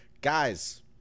Guys